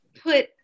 put